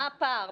מה הפער?